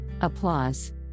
Applause